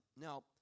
Now